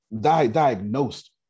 diagnosed